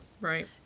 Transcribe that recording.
Right